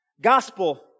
gospel